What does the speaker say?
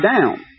down